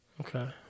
Okay